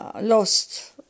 lost